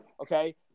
okay